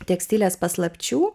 tekstilės paslapčių